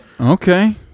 Okay